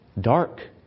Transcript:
dark